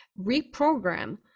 reprogram